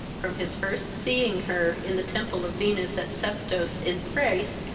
from his first seeing her, in the temple of venus, at seftos, in thrace,